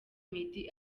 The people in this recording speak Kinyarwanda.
meddy